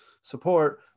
support